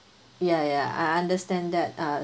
ya ya I understand that uh I'm